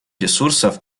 ресурсов